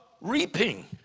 reaping